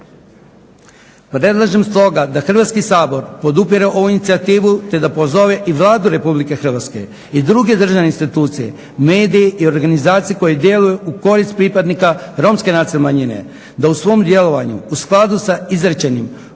Predlažem stoga da Hrvatski sabor podupire ovu inicijativu te da pozove i Vladu Republike Hrvatske i druge državne institucije, medije i organizacije koje djeluju u korist pripadnika romske nacionalne manjine da u svom djelovanju u skladu sa izrečenim